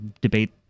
debate